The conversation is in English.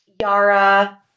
yara